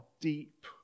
deep